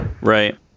Right